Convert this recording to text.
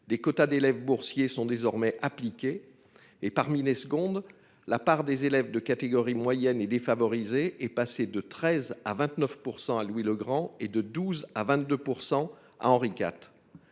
des quotas d'élèves boursiers sont désormais appliquées et parmi les secondes. La part des élèves de catégories moyennes et défavorisés est passé de 13 à 29% à Louis Legrand et de 12 à 22% à Henri IV.